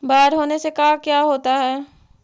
बाढ़ होने से का क्या होता है?